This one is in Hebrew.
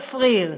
צפריר,